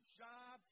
job